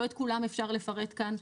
לא את כולם אפשר לפרט כאן,